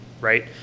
right